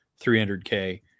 300k